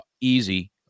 easy